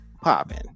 popping